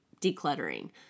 decluttering